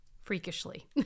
freakishly